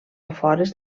afores